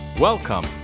Welcome